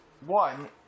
one